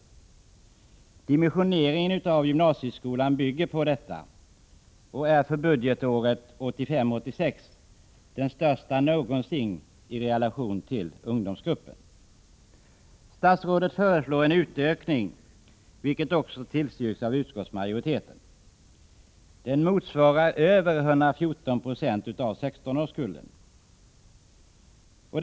Dimensioneringen av gymnasieskolan bygger på detta och är för budgetåret 1985/86 den största någonsin i relation till ungdomsgruppen. Statsrådet föreslår en ökning av antalet platser, vilket också tillstyrks av utskottsmajoriteten. Dimensioneringen motsvarar över 114 90 av årskullen 16-åringar.